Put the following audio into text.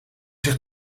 zich